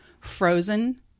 frozen